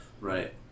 Right